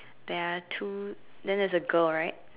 there are two then there's a girl right